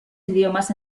idiomas